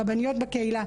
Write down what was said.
רבניות בקהילה,